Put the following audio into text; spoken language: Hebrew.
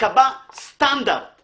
שייקבע סטנדרט